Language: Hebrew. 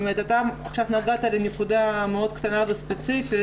אתה עכשיו נגעת בנקודה מאוד קטנה וספציפית